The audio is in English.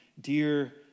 dear